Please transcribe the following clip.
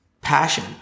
passion